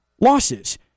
losses